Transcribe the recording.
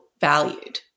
valued